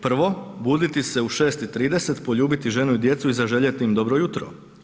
Prvo, buditi se u 6 i 30, poljubiti ženu i djecu i zaželjeti im „dobro jutro“